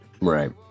Right